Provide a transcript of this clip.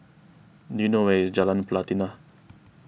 do you know where is Jalan Pelatina